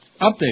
Update